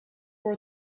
for